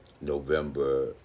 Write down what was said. November